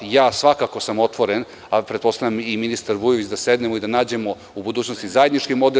Ja sam svakako otvoren, a pretpostavljam i ministar Vujović da sednemo i da nađemo u budućnosti zajednički model.